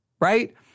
right